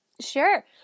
Sure